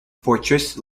fortress